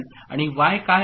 आणि वाय काय आहे